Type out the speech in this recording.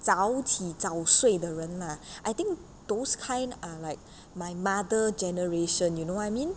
早起早睡的人 lah I think those kind are like my mother generation you know what I mean